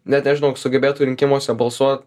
net nežinau sugebėtų rinkimuose balsuot